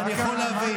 ואני יכול להבין.